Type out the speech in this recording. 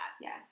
Yes